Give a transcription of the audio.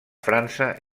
frança